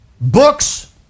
books